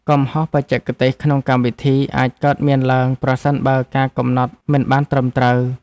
កំហុសបច្ចេកទេសក្នុងកម្មវិធី អាចកើតមានឡើង ប្រសិនបើការកំណត់មិនបានត្រឹមត្រូវ។